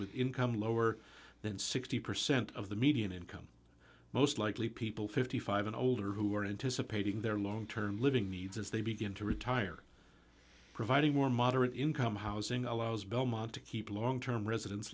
with income lower than sixty percent of the median income most likely people fifty five and older who are into supporting their long term living needs as they begin to retire providing more moderate income housing allows belmont to keep long term residen